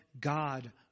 God